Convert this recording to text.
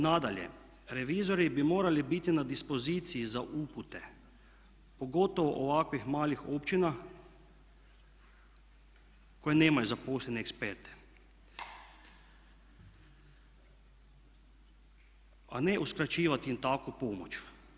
Nadalje, revizori bi morali biti na dispoziciji za upute, pogotovo ovakvih malih općina koje nemaju zaposlene eksperte a ne uskraćivati im tako pomoć.